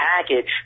package